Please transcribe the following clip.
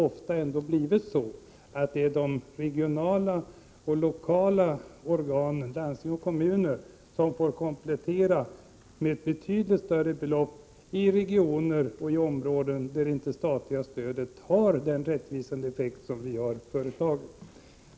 Ofta har de regionala och lokala organen, landsting och kommuner, fått komplettera med betydligt större belopp i regioner och områden där det statliga stödet inte har den rättvisande effekt som vi har föreslagit.